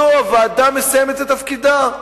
או-טו-טו הוועדה מסיימת את תפקידה.